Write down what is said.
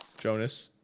jonas